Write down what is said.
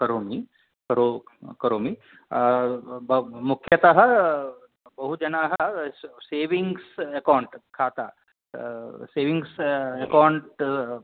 करोमि करोमि मुख्यतः बहुजनाः सेविङ्ग्स् अकौण्ट् खाता सेविङ्ग्स अकौण्ट्